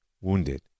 wounded